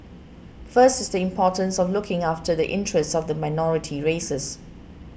first is the importance of looking after the interest of the minority races